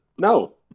no